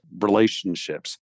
relationships